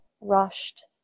rushed